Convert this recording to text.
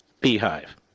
beehive